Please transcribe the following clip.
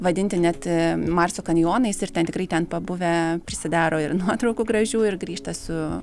vadinti net marso kanjonais ir ten tikrai ten pabuvę prisidaro ir nuotraukų gražių ir grįžta su